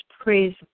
Praise